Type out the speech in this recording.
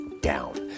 down